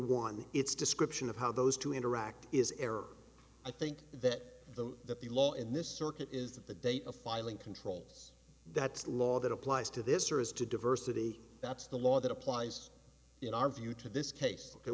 one it's description of how those two interact is error i think that the that the law in this circuit is that the date of filing controls that law that applies to this or is to diversity that's the law that applies in our view to this case